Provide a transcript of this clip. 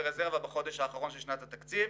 רזרבה גבוהים בחודש האחרון של שנת התקציב.